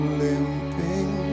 limping